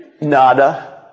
nada